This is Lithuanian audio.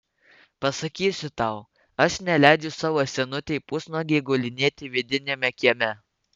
pasakysiu tau aš neleidžiu savo senutei pusnuogei gulinėti vidiniame kieme